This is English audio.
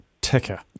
ticker